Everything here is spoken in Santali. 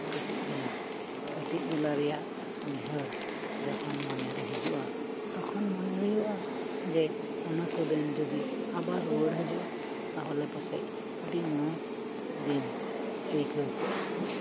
ᱠᱟᱹᱴᱤᱡ ᱵᱮᱞᱟ ᱠᱟᱹᱴᱤᱡ ᱵᱮᱞᱟ ᱨᱮᱭᱟᱜ ᱩᱭᱦᱟᱹᱨ ᱡᱚᱠᱷᱚᱱ ᱢᱚᱱᱮᱨᱮ ᱦᱤᱡᱩᱜ ᱟ ᱛᱚᱠᱷᱚᱱ ᱢᱚᱱᱮ ᱦᱩᱭᱩᱜ ᱟ ᱡᱮ ᱚᱱᱟᱠᱩ ᱫᱤᱱ ᱡᱚᱫᱤ ᱟᱵᱟᱨ ᱨᱩᱣᱟᱹᱲ ᱦᱤᱡᱩᱜ ᱟ ᱛᱟᱦᱚᱞᱮ ᱯᱟᱥᱮᱡ ᱟᱹᱰᱤ ᱢᱚᱪ ᱫᱤᱱ ᱟᱹᱭᱠᱟᱹᱣ ᱠᱚᱜ ᱟ